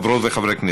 חברות וחברי הכנסת,